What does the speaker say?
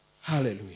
Hallelujah